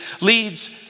leads